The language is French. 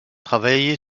travaillé